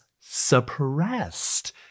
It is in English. suppressed